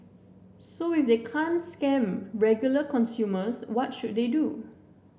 so if they can't scam regular consumers what should they do